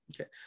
Okay